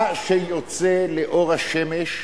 מה שיוצא לאור השמש,